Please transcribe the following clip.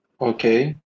Okay